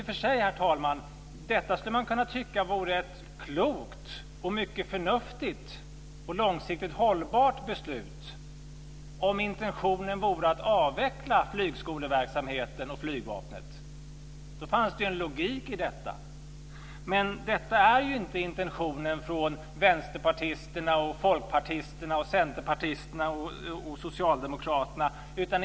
Detta skulle man i och för sig, herr talman, kunna tycka var ett klokt, förnuftigt och långsiktigt hållbart beslut om intentionen vore att avveckla flygskoleverksamheten och flygvapnet. Då fanns det ju en logik i detta. Men detta är ju inte intentionen från vänsterpartisterna, folkpartisterna, centerpartisterna och socialdemokraterna.